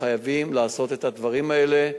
חייבים לעשות את הדברים האלה.